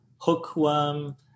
hookworm